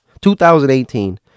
2018